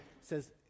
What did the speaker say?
says